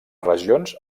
regions